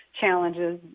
challenges